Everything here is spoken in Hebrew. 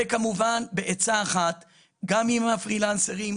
וכמובן בעצה אחת גם עם הפרילנסרים,